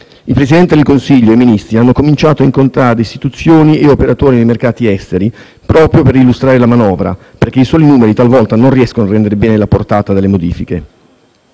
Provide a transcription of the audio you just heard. Il Presidente del Consiglio e i Ministri hanno cominciato ad incontrare istituzioni e operatori dei mercati esteri proprio per illustrare la manovra, perché i soli numeri talvolta non riescono a rendere bene la portata delle modifiche.